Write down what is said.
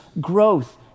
growth